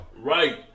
Right